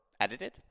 edited